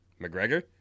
McGregor